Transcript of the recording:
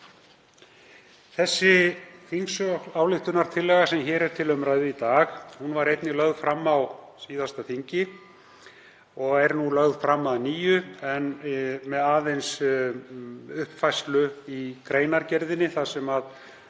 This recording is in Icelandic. þjóð. Þingsályktunartillagan sem hér er til umræðu í dag var einnig lögð fram á síðasta þingi og er nú lögð fram að nýju en með uppfærslu í greinargerðinni þar sem